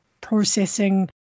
processing